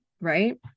right